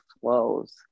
flows